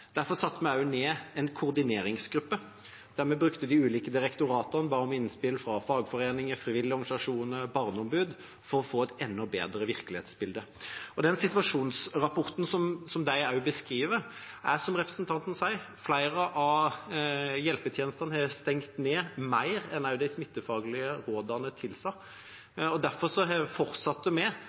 Derfor satte vi ned en koordineringsgruppe der vi brukte de ulike direktoratene, ba om innspill fra fagforeninger, frivillige organisasjoner og barneombud for å få et enda bedre virkelighetsbilde. Den situasjonsrapporten beskriver, som representanten sier, at flere av hjelpetjenestene har stengt ned mer enn de smittefaglige rådene tilsa. Derfor fortsatte vi å være tydelige – og